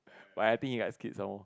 what I think you are kids some more